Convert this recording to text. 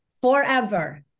Forever